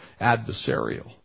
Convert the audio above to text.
adversarial